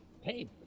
Hey